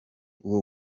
uwo